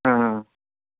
ಹಾಂ ಹಾಂ